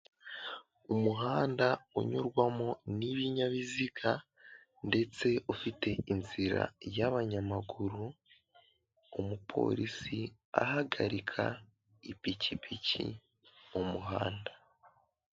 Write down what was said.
Umuhanda unyurwamo n'ibinyabiziga ndetse ufite inzira y'abanyamaguru, umupolisi ahagarika ipikipiki mu muhanda.